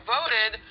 voted